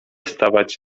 stawać